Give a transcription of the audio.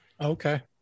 Okay